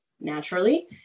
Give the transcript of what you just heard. naturally